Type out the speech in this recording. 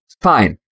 fine